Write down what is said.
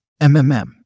MMM